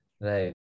right